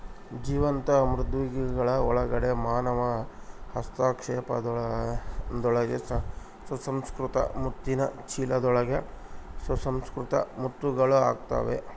ಜೀವಂತ ಮೃದ್ವಂಗಿಗಳ ಒಳಗಡೆ ಮಾನವ ಹಸ್ತಕ್ಷೇಪದೊಂದಿಗೆ ಸುಸಂಸ್ಕೃತ ಮುತ್ತಿನ ಚೀಲದೊಳಗೆ ಸುಸಂಸ್ಕೃತ ಮುತ್ತುಗಳು ಆಗುತ್ತವೆ